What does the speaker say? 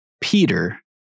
Peter